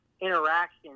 interaction